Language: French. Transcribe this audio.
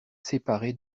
séparé